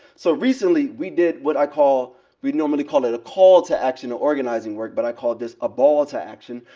so recently, we did what i call we normally call it a call to action or organizing work, but i call this a ball to action.